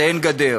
זה אין גדר.